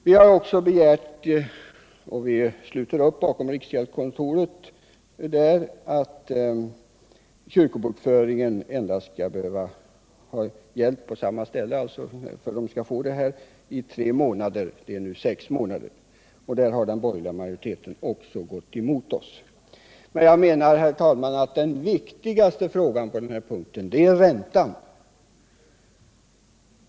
Vi har också begärt — vi sluter där upp bakom riksgäldskontoret — att man skall ha varit kyrkobokförd på samma ställe under tre månader för att få bosättningslån. Villkoret är nu sex månader. Där har den borgerliga majoriteten också gått emot oss. Men jag menar, herr talman, att den viktigaste frågan på denna punkt är räntan.